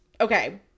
Okay